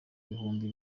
ibihumbi